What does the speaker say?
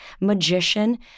magician